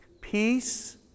Peace